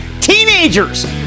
teenagers